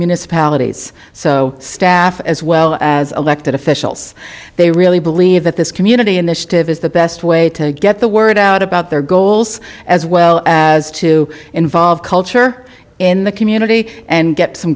municipalities so staff as well as elected officials they really believe that this community initiative is the best way to get the word out about their goals as well as to involve culture in the community and get some